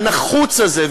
הנחוץ הזה,